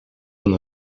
van